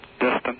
distance